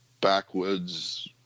backwoods